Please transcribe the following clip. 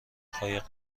قایق